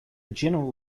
general